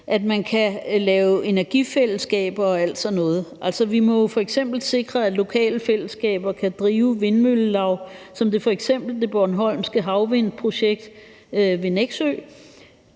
at man kan lave energifællesskaber og alt sådan noget. Vi må jo f.eks. sikre, at lokale fællesskaber kan drive vindmøllelaug som f.eks. det bornholmske havvindprojekt ved Nexø